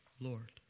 Lord